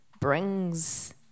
brings